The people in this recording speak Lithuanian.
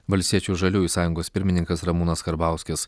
valstiečių žaliųjų sąjungos pirmininkas ramūnas karbauskis